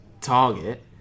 target